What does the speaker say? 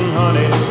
honey